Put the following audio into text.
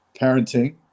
parenting